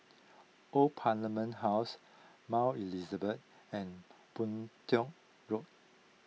Old Parliament House Mount Elizabeth and Boon Tiong Road